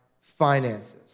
finances